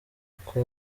uko